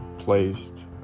Placed